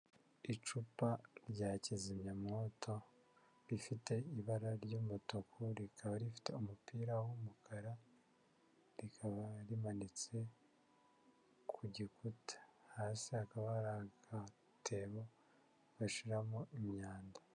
Icupa rya kizimyamwoto rifite ibara ry'umutuku rikaba rifite umupira w'umukara, rikaba rimanitse ku gikuta, hasi hakaba hari agatebo bashyiramo imyanda.